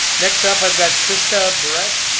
next up i've got christa barette.